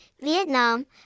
Vietnam